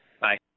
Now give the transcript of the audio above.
Bye